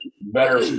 better